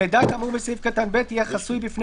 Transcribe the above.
"מידע כאמור בסעיף קטן (ב) יהיה חסוי בפני